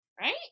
Right